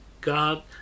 God